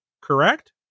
correct